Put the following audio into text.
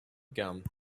gum